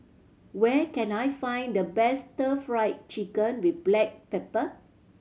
where can I find the best Stir Fry Chicken with black pepper